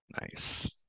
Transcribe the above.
Nice